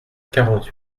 quarante